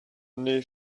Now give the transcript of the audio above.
nee